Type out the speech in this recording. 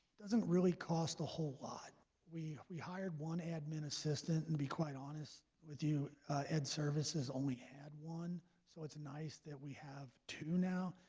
doesn't really cost a whole lot we we hired one admin assistant and be quite honest with you ed services only had one so it's nice that we have two now.